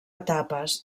etapes